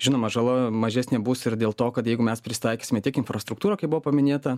žinoma žala mažesnė bus ir dėl to kad jeigu mes pritaikysime tiek infrastruktūrą kaip buvo paminėta